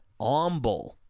Omble